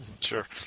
Sure